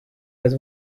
was